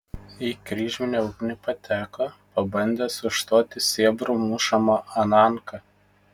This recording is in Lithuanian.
į kryžminę ugnį pateko pabandęs užstoti sėbrų mušamą ananką